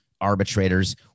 arbitrators